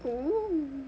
g~ oh